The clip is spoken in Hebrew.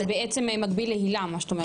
אז בעצם מגביל להילה מה שאת אומרת?